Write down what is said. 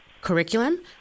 curriculum